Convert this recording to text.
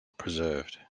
preserved